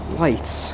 lights